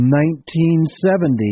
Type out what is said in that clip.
1970